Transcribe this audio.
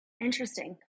Interesting